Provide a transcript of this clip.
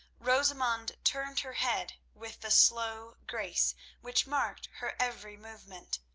rosamund turned her head with the slow grace which marked her every movement.